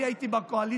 אני הייתי בקואליציה,